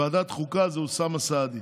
בוועדת חוקה זה אוסאמה סעדי.